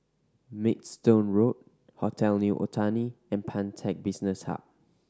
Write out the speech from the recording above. Maidstone Road Hotel New Otani and Pantech Business Hub